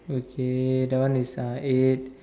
okay that one is uh eight